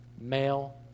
male